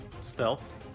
Stealth